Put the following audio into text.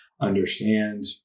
understand